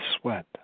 sweat